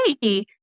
hey